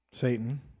Satan